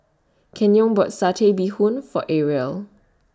Kenyon bought Satay Bee Hoon For Aria